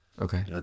Okay